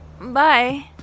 Bye